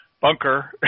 bunker